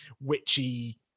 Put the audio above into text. witchy